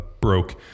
broke